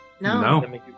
No